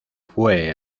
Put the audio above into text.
fue